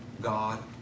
God